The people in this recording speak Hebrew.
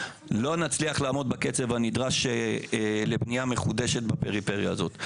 לא נצליח לעמוד בקצב הדרש לבנייה מחודשת בפריפריה הזאת.